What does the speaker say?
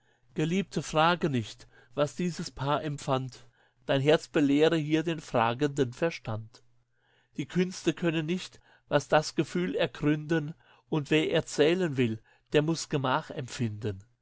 geliebte frage nicht was dieses paar empfand dein herz belehre hier den fragenden verstand die künste können nicht was das gefühl ergründen und wer erzählen will der muss gemach empfinden